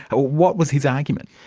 what was his argument?